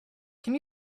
can